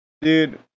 Dude